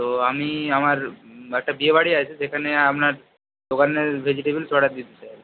তো আমি আমার একটা বিয়েবাড়ি আছে সেখানে আপনার দোকানের ভেজিটেবিলস অর্ডার দিতে চাই